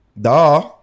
Duh